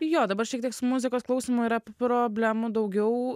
jo dabar šiek tiek su muzikos klausymu yra problemų daugiau